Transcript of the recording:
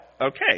Okay